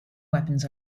weapons